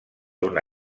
una